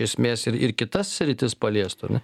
esmės ir ir kitas sritis paliestų ane